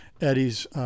Eddie's